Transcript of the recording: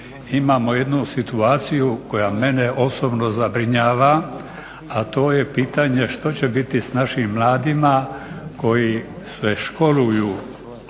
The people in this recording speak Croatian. imamo jednu situaciju koja mene osobno zabrinjava, a to je pitanje što će biti s našim mladima koji se školuju,